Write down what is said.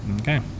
Okay